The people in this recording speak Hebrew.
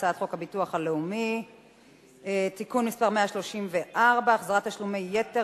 הצעת חוק הביטוח הלאומי (תיקון מס' 134) (החזרת תשלומי יתר),